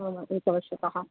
हा एकवर्षतः